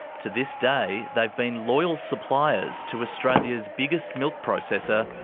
to this day they have been loyal suppliers to australia's biggest milk processor,